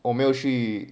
我没有去